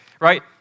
Right